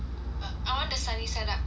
I want the sunny side up kind